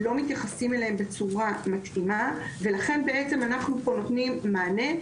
לא מתייחסים אליהם בצורה מתאימה ולכן בעצם אנחנו פה נותנים מענה,